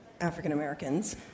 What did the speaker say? African-Americans